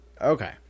Okay